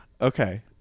okay